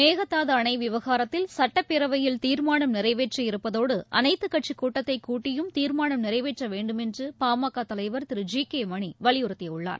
மேகதாது அணை விவகாரத்தில் சட்டப்பேரவையில் தீர்மானம் நிறைவேற்றியிருப்பதோடு அனைத்துக்கட்சி கூட்டத்தை கூட்டியும் தீர்மானம் நிறைவேற்ற வேண்டும் என்று பாமக தலைவர் திரு ஜி கே மணி வலியுறுத்தியுள்ளார்